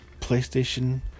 PlayStation